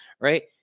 right